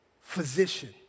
physician